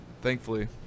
thankfully